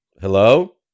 hello